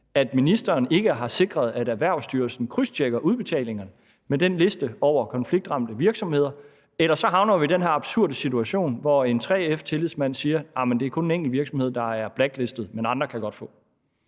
når ministeren ikke har sikret, at Erhvervsstyrelsen krydstjekker udbetalingerne med listen over konfliktramte virksomheder; ellers havner vi i den her absurde situation, hvor en 3F-tillidsmand siger: Ahr, men det er kun en enkelt virksomhed, der er blacklistet, men andre kan godt få.